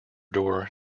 door